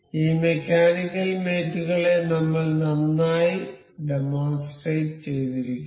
ഈ mechanical mate കളെ നമ്മൾ നന്നായി ഡെമോൺസ്ട്രേറ്റ് ചെയ്തിരിക്കുന്നു